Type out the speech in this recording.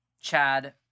Chad